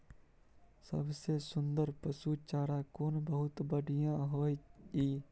सबसे सुन्दर पसु चारा कोन बहुत बढियां होय इ?